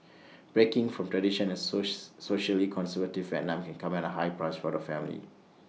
breaking from tradition in source socially conservative Vietnam can come at A high price for the family